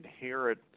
inherit